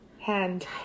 hand